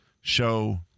show